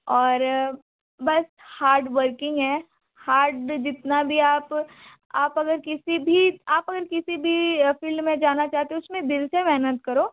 और बस hard working है हार्ड जितना भी आप आप अगर किसी भी आप अगर किसी भी फील्ड में जाना चाहते हो उसमें दिल से मेहनत करो